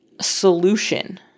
solution